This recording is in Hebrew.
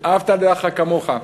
"ואהבת לרעך כמוך".